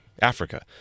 Africa